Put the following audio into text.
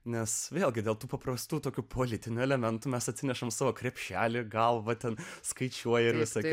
nes vėlgi dėl tų paprastų tokių politinių elementų mes atsinešame savo krepšelį galvą ten skaičiuoja ir visada